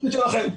תפקיד שלכם.